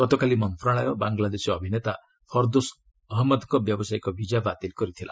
ଗତକାଲି ମନ୍ତ୍ରଶାଳୟ ବାଙ୍ଗଲାଦେଶୀ ଅଭିନେତା ଫରଦୋଷ ଅହଜ୍ଞଦଙ୍କ ବ୍ୟବସାୟିକ ବିଜା ବାତିଲ କରିଥିଲା